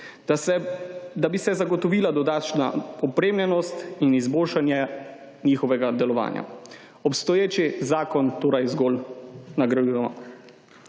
da bi se zagotovila dodatna opremljenost in izboljšanje njihovega delovanja. Obstoječi zakon torej zgolj nadgrajujemo.